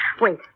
wait